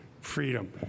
freedom